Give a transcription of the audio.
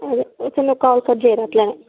అదే వచ్చిన call cut చేయరా అట్లా